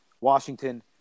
Washington